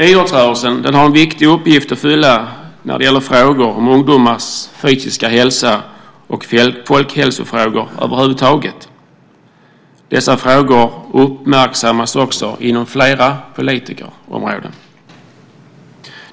Idrottsrörelsen har en viktig uppgift att fylla när det gäller frågor om ungdomars fysiska hälsa och folkhälsofrågor över huvud taget. Dessa frågor uppmärksammas också inom flera politikområden.